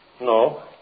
No